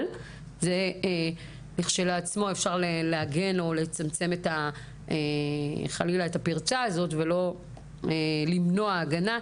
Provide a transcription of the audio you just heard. אבל אפשר לעגן או לצמצם את הפרצה ולא למנוע הגנה.